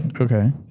Okay